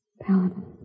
Paladin